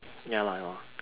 ya lah ya